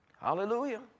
Hallelujah